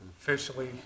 officially